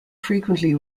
frequently